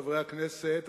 חברי הכנסת,